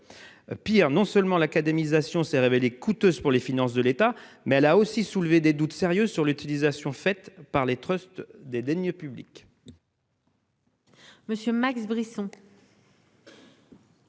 Pis, non seulement l'académisation s'est révélée coûteuse pour les finances de l'État, mais elle a aussi soulevé des doutes sérieux sur l'utilisation des deniers publics